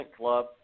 club